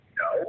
no